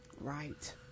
Right